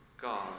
God